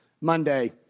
Monday